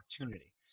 opportunity